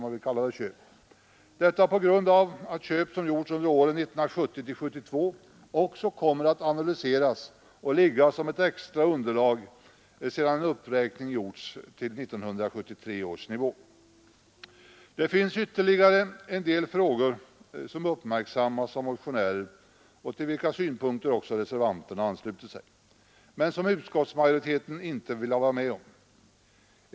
Köp som gjorts under åren 1970—1972 kommer nämligen också att analyseras och ligga som ett extra underlag sedan en uppräkning gjorts till 1973 års nivå. Det finns ytterligare en del frågor som uppmärksammats av motionärer och till vilkas synpunkter också reservanterna anslutit sig men som utskottsmajoriteten inte velat vara med om.